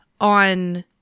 on